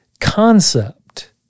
concept